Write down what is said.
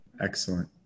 excellent